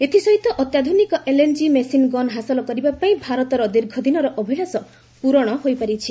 ଏଥିସହିତ ଅତ୍ୟାଧୁନିକ LNG machine gun ହାସଲ କରିବାପାଇଁ ଭାରତର ଦୀର୍ଘ ଦିନର ଅଭିଳାଷ ପ୍ରରଣ ହୋଇପାରିଛି